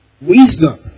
Wisdom